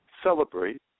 celebrate